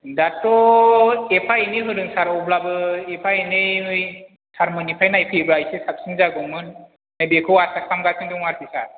दाथ' एफा एनै होदों सार अब्लाबो एफा एनै सारमोननिफ्राइ नायफैयोबा एसे साबसिन जागौमोन दा बेखौ आसा खालामगासिनो दं आरखि सार